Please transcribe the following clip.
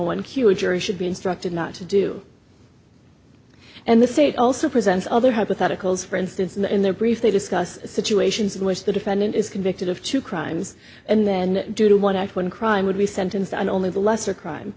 one q a jury should be instructed not to do and the state also presents other hypotheticals for instance in their brief they discuss situations in which the defendant is convicted of two crimes and then due to one act one crime would be sentenced on only the lesser crime